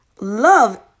love